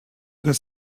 their